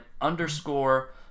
underscore